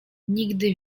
nigdy